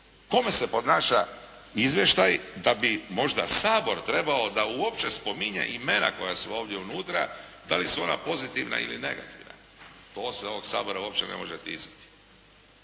Kome se podnaša izvještaj da bi možda Sabor trebao da uopće spominje imena koja su ovdje unutra, da li su ona pozitivna ili negativna. To se ovoga Sabora ne može uopće